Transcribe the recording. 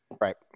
right